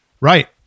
Right